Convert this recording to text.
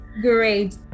great